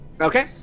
Okay